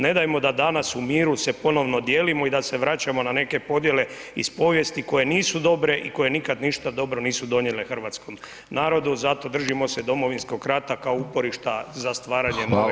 Ne dajmo da danas u miru se ponovno dijelimo i da se vraćamo na neke podjele iz povijesti koje nisu dobre i koje nikad ništa dobro nisu donijele hrvatskom narodu zato držimo se Domovinskog rata kao uporišta za stvaranje nove Hrvatske države.